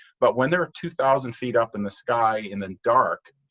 but when they are two thousand feet up in the sky in the dark,